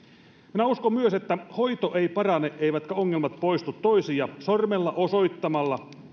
minä uskon myös että hoito ei parane eivätkä ongelmat poistu toisia sormella osoittamalla